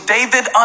David